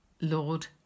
Lord